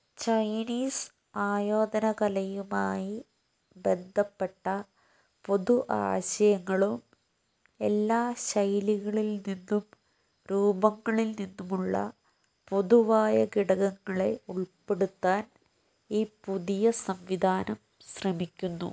Chinese ആയോധനകലയുമായി ബന്ധപ്പെട്ട പൊതു ആശയങ്ങളും എല്ലാ ശൈലികളിൽ നിന്നും രൂപങ്ങളിൽ നിന്നുമുള്ള പൊതുവായ ഘടകങ്ങളെ ഉൾപ്പെടുത്താൻ ഈ പുതിയ സംവിധാനം ശ്രമിക്കുന്നു